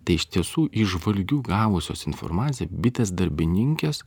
tai iš tiesų iš žvalgių gavusios informaciją bitės darbininkės